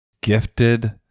gifted